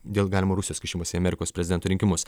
dėl galimo rusijos kišimosi į amerikos prezidento rinkimus